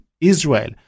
Israel